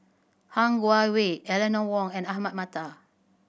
Han Guangwei Eleanor Wong and Ahmad Mattar